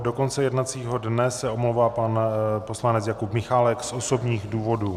Do konce jednacího dne se omlouvá pan poslanec Jakub Michálek z osobních důvodů.